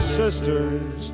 sisters